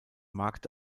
markt